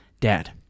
Dad